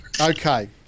Okay